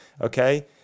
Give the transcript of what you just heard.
okay